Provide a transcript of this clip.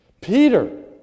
Peter